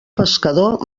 pescador